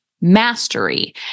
mastery